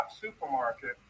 supermarket